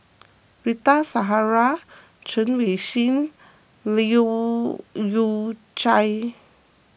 Rita Zahara Chen Wen Hsi Leu Yew Chye